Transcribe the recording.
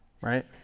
right